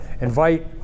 invite